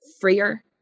freer